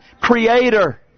Creator